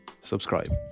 subscribe